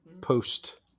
post